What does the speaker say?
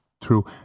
true